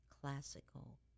classical